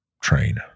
train